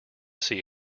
see